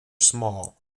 small